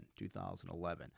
2011